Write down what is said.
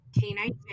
canine